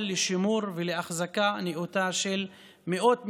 לשימור ולאחזקה נאותה של מאות מסגדים,